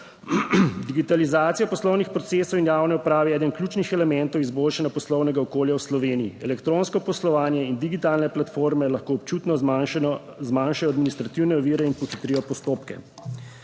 Digitalizacija poslovnih procesov in javne uprave je eden ključnih elementov izboljšanja poslovnega okolja v Sloveniji. Elektronsko poslovanje in digitalne platforme lahko občutno zmanjšajo administrativne ovire in pohitrijo postopke.